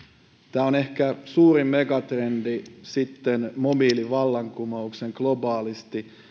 tämä on ehkä suurin megatrendi sitten mobiilivallankumouksen globaalisti